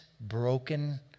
broken